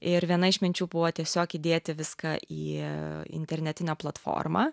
ir viena iš minčių buvo tiesiog įdėti viską į internetinę platformą